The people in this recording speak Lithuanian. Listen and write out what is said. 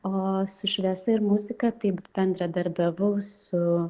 o su šviesa ir muzika taip bendradarbiavau su